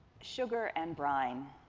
sugar and brine,